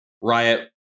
Riot